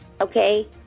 Okay